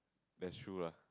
that's true lah